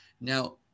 Now